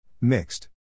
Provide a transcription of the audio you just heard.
Mixed